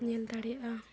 ᱧᱮᱞ ᱫᱟᱲᱮᱭᱟᱜᱼᱟ